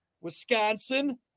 Wisconsin